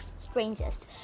strangest